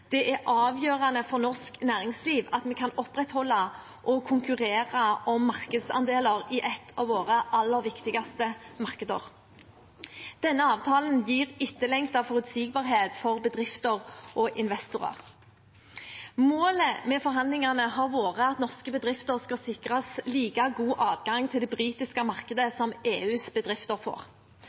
Det er avgjørende for norsk næringsliv at vi kan opprettholde og konkurrere om markedsandeler i et av våre aller viktigste markeder. Denne avtalen gir etterlengtet forutsigbarhet for bedrifter og investorer. Målet med forhandlingene har vært at norske bedrifter skal sikres like god adgang til det britiske markedet som EUs bedrifter får.